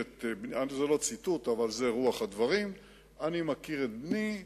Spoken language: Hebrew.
זה לא ציטוט אבל זה רוח הדברים: אני מכיר את בני,